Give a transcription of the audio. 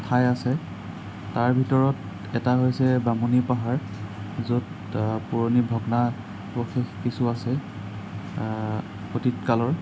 ঠাই আছে তাৰ ভিতৰত এটা হৈছে বামুণী পাহাৰ য'ত পুৰণি ভগ্নাৱশেষ কিছু আছে অতীত কালৰ